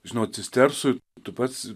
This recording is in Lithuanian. žinau cistersų tu pats